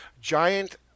Giant